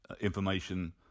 information